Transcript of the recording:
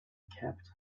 kept